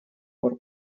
пор